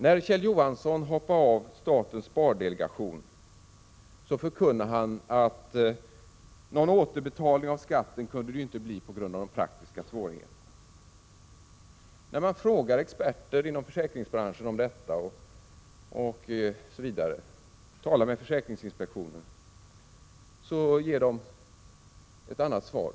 När Kjell Johansson hoppade av statens spardelegation förkunnade han att någon återbetalning av skatten inte kunde ske på grund av de praktiska svårigheterna. Men frågar man experter inom försäkringsbranschen om detta eller talar med försäkringsinspektionen får man ett annat svar.